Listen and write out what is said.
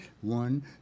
One